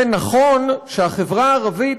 זה נכון שהחברה הערבית,